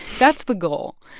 that's the goal.